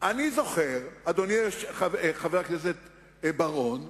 אני זוכר, חבר הכנסת בר-און,